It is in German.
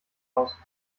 aus